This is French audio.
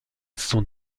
sont